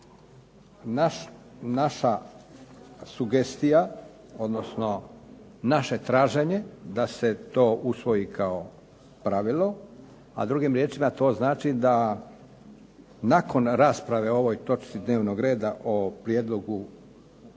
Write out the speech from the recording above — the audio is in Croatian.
naša sugestija, odnosno naše traženje da se to usvoji kao pravilo, a drugim riječima to znači da nakon rasprave o ovoj točci dnevnog reda o prijedlogu